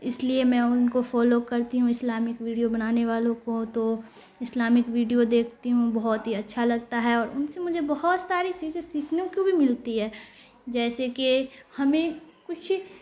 اس لیے میں ان کو فالو کرتی ہوں اسلامک ویڈیو بنانے والوں کو تو اسلامک ویڈیو دیکھتی ہوں بہت ہی اچھا لگتا ہے اور ان سے مجھے بہت ساری چیزیں سیکھنے کو بھی ملتی ہے جیسے کہ ہمیں کچھ